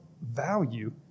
value